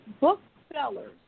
booksellers